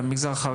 במגזר החרדי?